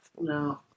no